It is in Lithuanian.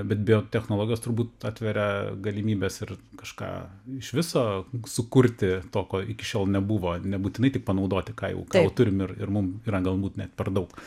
bet biotechnologijos turbūt atveria galimybes ir kažką iš viso sukurti to ko iki šiol nebuvo nebūtinai tik panaudoti ką jau ką o turim ir ir mum yra galbūt net per daug